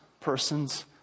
person's